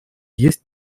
есть